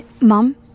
Mom